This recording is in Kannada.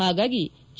ಹಾಗಾಗಿ ಕೆ